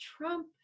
Trump